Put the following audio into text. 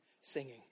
singing